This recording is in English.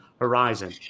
Horizon